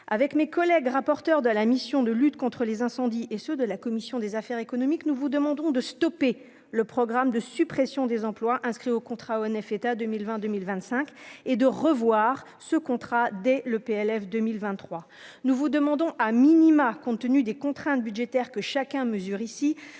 avec mes collègues rapporteurs de la mission de lutte contre les incendies et ceux de la commission des affaires économiques, nous vous demandons de stopper le programme de suppression des emplois inscrits au contrat ONF à 2020, 2025 et de revoir ce contrat dès le PLF 2023, nous vous demandons, a minima, compte tenu des contraintes budgétaires que chacun mesure ici